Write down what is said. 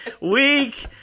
week